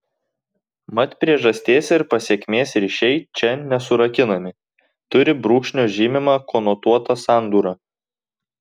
mat priežasties ir pasekmės ryšiai čia nesurakinami turi brūkšnio žymimą konotuotą sandūrą